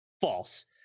False